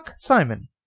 Simon